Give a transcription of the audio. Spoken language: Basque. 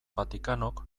vaticanok